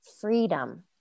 freedom